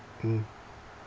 mm